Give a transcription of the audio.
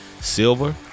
silver